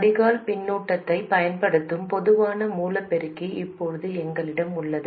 வடிகால் பின்னூட்டத்தைப் பயன்படுத்தும் பொதுவான மூலப் பெருக்கி இப்போது எங்களிடம் உள்ளது